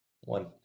One